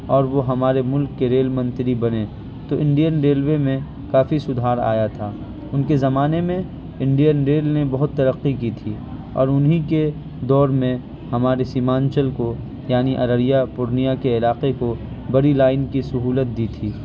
اور وہ ہمارے ملک کے ریل منتری بنے تو انڈین ریلوے میں کافی سدھار آیا تھا ان کے زمانے میں انڈین ریل نے بہت ترقی کی تھی اور انہی کے دور میں ہمارے سیمانچل کو یعنی ارریہ پورنیہ کے علاقے کو بڑی لائن کی سہولت دی تھی